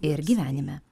ir gyvenime